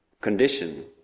condition